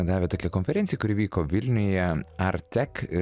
davė tokią konferencija kuri vyko vilniuje artek